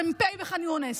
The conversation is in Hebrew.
מ"פ בחאן יונס,